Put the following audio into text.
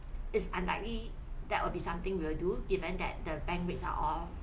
it's unlikely that will be something we will do given that the bank rates are all